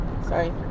Sorry